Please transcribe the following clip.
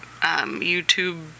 YouTube